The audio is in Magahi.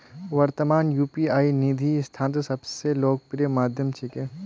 वर्त्तमानत यू.पी.आई निधि स्थानांतनेर सब स लोकप्रिय माध्यम छिके